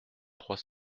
trois